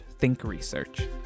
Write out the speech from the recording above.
thinkresearch